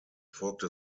folgte